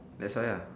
that's why ah